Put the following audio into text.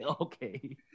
Okay